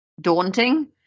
daunting